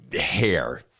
hair